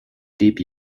deep